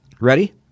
Ready